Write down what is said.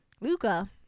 Luca